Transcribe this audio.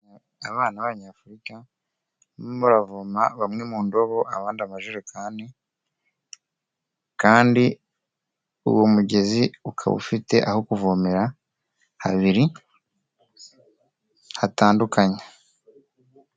Abana b'ababanyafurika barimo baravoma bamwe mu ndobo abandi amajekani kandi uwo mugezi ukaba ufite aho kuvomera habiri hatandukanye.